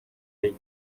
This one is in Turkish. değil